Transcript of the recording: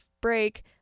break